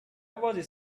was